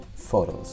photos